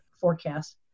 forecast